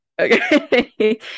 Okay